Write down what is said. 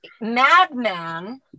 madman